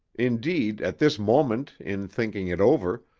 indeed, at this moment, in thinking it over,